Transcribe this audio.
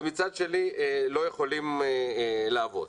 ומצד שני לא יכולים לעבוד.